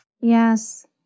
Yes